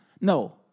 No